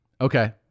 Okay